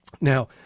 Now